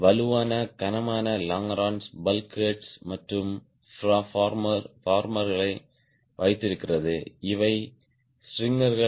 வலுவான கனமான longerons bulkheads மற்றும் ஃபார்மர்களை வைத்திருக்கிறது இவை ஸ்ட்ரிங்கர்கள்